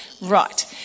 Right